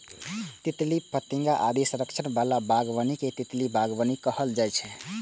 तितली, फतिंगा आदि के संरक्षण बला बागबानी कें तितली बागबानी कहल जाइ छै